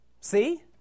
See